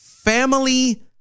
Family